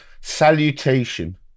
Salutation